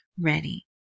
ready